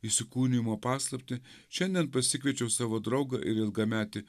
įsikūnijimo paslaptį šiandien pasikviečiau savo draugą ir ilgametį